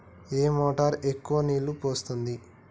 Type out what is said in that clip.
ఏ motor ఎక్కువ నీళ్లు పోస్తుంది?